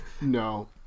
No